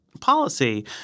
policy